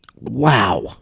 wow